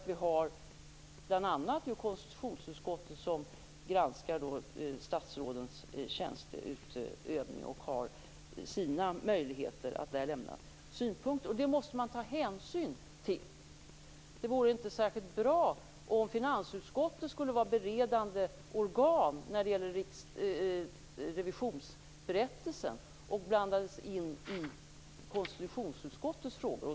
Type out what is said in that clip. Vi har ju bl.a. konstitutionsutskottet som granskar statsrådens tjänsteutövning och har möjlighet att lämna synpunkter, och det måste man ta hänsyn till. Det vore inte särskilt bra om finansutskottet skulle vara beredande organ när det gäller revisionsberättelsen och blandades in i konstitutionsutskottets frågor.